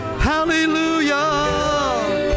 Hallelujah